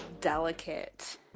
delicate